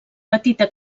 petita